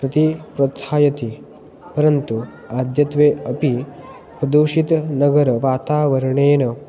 प्रति प्रोत्साहयति परन्तु अद्यत्वे अपि प्रदूषितनगरवातावरणेन